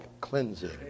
cleansing